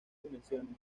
dimensiones